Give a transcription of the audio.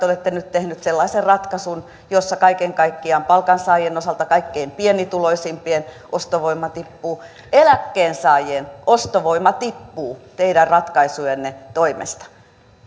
te olette nyt tehneet sellaisen ratkaisun jossa kaiken kaikkiaan palkansaajien osalta kaikkein pienituloisimpien ostovoima tippuu eläkkeensaajien ostovoima tippuu teidän ratkaisujenne toimesta